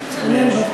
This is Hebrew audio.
זה,